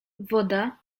woda